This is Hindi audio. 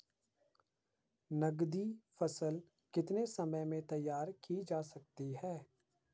नगदी फसल कितने समय में तैयार की जा सकती है?